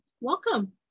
Welcome